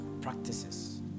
practices